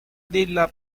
della